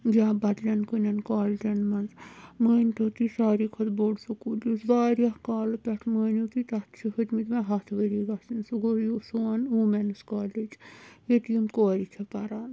یا بَدلن کُنیٚن کالجَن منٛز مٲنۍتَو تُہۍ سارِوِٕے کھۄتہٕ بوٚڈ سکوٗل یُس وارِیاہ کالہٕ پیٚٹھٕ مٲنِو تُہۍ تَتھ چھُ ہیتمٕتۍ ہَتھ ؤری گَژھنَس سُہ گوٚو یُس سون وُمینٕز کالیج ییٚتہِ یِم کورِ چھِ پَران